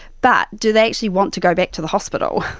but do they actually want to go back to the hospital?